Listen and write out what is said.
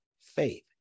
faith